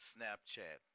Snapchat